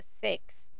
six